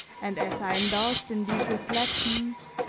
and, as i indulged in these reflections,